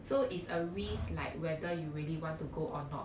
so it's a risk like whether you really want to go or not